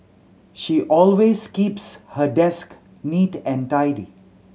she always keeps her desk neat and tidy